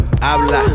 habla